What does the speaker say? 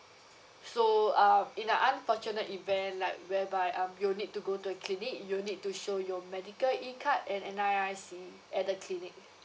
so um in the unfortunate event like whereby um you'll need to go to clinic you'll need to show your medical E card and N_R_I_C at the clinic